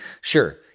Sure